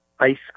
ice